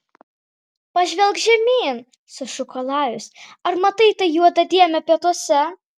pažvelk žemyn sušuko lajus ar matai tą juodą dėmę pietuose